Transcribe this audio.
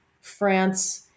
France